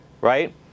right